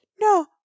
No